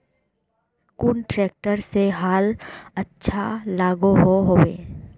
कुन ट्रैक्टर से हाल अच्छा लागोहो होबे?